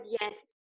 yes